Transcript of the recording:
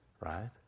right